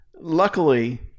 luckily